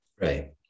Right